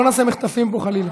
לא נעשה מחטפים פה, חלילה.